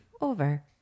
over